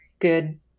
good